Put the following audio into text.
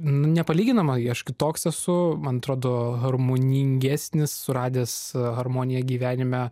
nepalyginama aš kitoks esu harmoningesnis suradęs harmoniją gyvenime